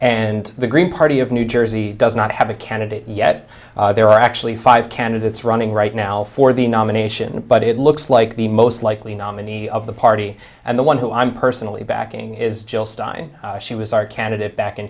and the green party of new jersey does not have a candidate yet there are actually five candidates running right now for the nomination but it looks like the most likely nominee of the party and the one who i'm personally backing is jill stein she was our candidate back in